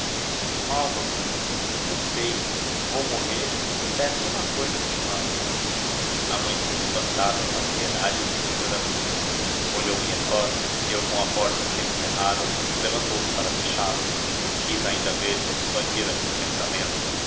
qual mamãe eu sei vou morrer e peço uma cousa à senhora a mãe ficou espantada com a seriedade e firmeza da filha olhou em redor deu com a porta semicerrada e levantou-se para fechá la quis ainda ver se a dissuadia daquele pensamento